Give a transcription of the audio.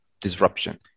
disruption